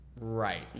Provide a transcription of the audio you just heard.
Right